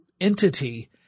entity